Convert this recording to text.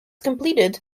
completed